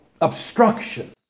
obstruction